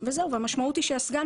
המשמעות היא שהסגן,